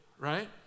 right